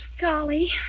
Golly